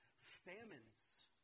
Famines